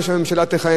במידה שהממשלה תמשיך,